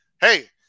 Hey